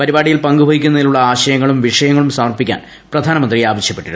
പരിപാടിയിൽ പങ്കു വഹിക്കുന്നതിനുള്ള ആശയങ്ങളും വിഷയങ്ങളും സമർപ്പിക്കാൻ പ്രധാനമന്ത്രി ആവശ്യപ്പെട്ടു